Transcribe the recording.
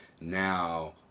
now